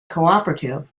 cooperative